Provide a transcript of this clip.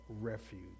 refuge